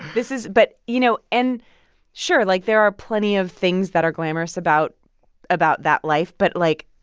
this is but, you know and sure, like, there are plenty of things that are glamorous about about that life. but like,